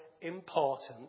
important